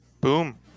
Boom